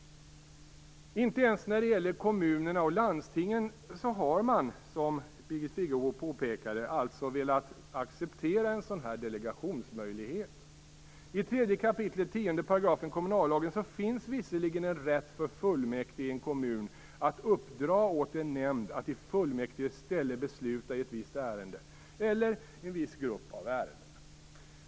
Inte ens när det gäller kommunerna och landstingen har man alltså velat acceptera en sådan delegationsmöjlighet. I 3 kap. 10 § kommunallagen finns visserligen en rätt för fullmäktige i en kommun att uppdra åt en nämnd att i fullmäktiges ställe besluta i ett visst ärende eller en viss grupp av ärenden.